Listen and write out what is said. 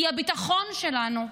היא הביטחון שלנו.